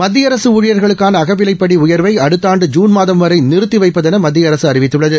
மத்திய அரசு ஊழியர்களுக்கான அகவிலைப்படி உயர்வை அடுத்த ஆண்டு ஜூன் மாதம் வரை நிறுத்தி வைப்பதென மத்திய அரசு அறிவித்துள்ளது